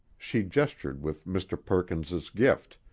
she gestured with mr. perkins's gift,